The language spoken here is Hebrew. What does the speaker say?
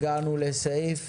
הגענו לסעיף